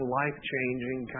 life-changing